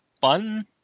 fun